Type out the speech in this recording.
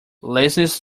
laziness